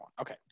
Okay